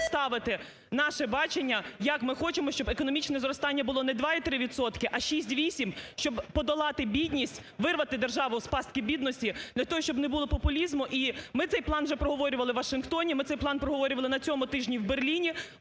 представити наше бачення, як ми хочемо, щоб економічне зростання було не 2 і 3 відсотки, а 6-8, щоб подолати бідність, вирвати державу з пастки бідності, для того, щоб не було популізму. І ми цей план вже проговорювали у Вашингтоні, ми цей план проговорювали на цьому тижні в Берліні.